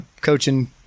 coaching